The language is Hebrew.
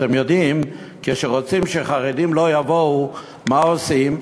אתם יודעים שכשרוצים שחרדים לא יבואו, מה עושים?